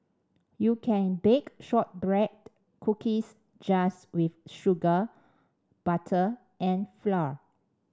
you can bake shortbread cookies just with sugar butter and flour